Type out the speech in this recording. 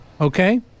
Okay